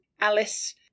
Alice